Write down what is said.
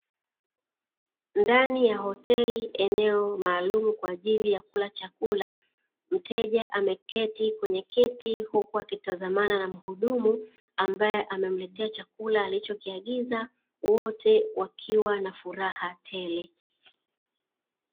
Ndani ya hoteli eneo maalumu kwa ajili ya kula chakula, mteja amekati kwenye kiti huku akitazamana na mhudumu, ambae amemletea chakula alichokiagiza wote wakiwa na furaha tele.